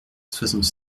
soixante